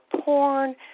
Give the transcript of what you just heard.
porn